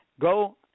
go